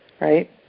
right